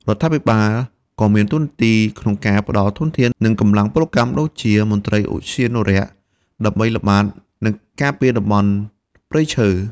រដ្ឋាភិបាលក៏មានតួនាទីក្នុងការផ្តល់ធនធាន និងកម្លាំងពលកម្មដូចជាមន្ត្រីឧទ្យានុរក្ស ដើម្បីល្បាត និងការពារតំបន់ព្រៃឈើ។